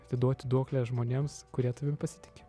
atiduoti duoklę žmonėms kurie tavim pasitiki